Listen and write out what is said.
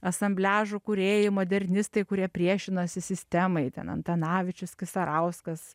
asambliažų kūrėjai modernistai kurie priešinosi sistemai ten antanavičius kisarauskas